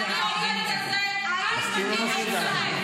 אז --- המקום שלך לא פה, חמודה.